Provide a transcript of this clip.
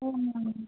ஆமாம் மேம்